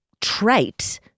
trait